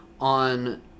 on